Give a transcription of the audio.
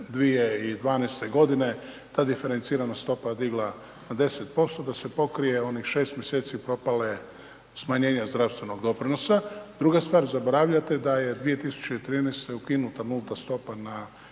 2012.g. ta diferencirana stopa digla na 10%, da se pokrije onih 6 mjeseci propale smanjenja zdravstvenog doprinosa. Druga stvar, zaboravljate da je 2013. ukinuta nulta stopa na kruh